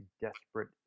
desperate